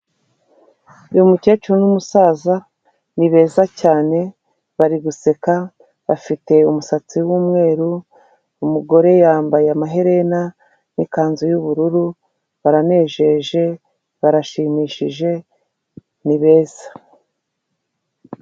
Uyu mukecuru n'umusaza ni beza cyane bari guseka bafite umusatsi wumweru umugore yambaye amaherena nikanzu yubururu baranejeje barashimishije ni beza .